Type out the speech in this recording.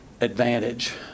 advantage